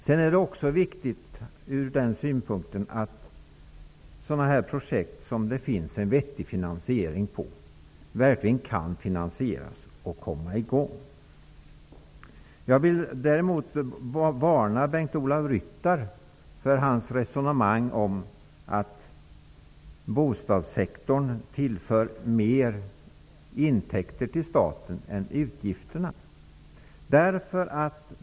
Det är också viktigt att projekt som det finns en vettig finansiering för verkligen kan finansieras och komma i gång. Jag vill däremot varna Bengt-Ola Ryttar för hans resonemang om att bostadssektorn tillför staten mer intäkter än utgifter.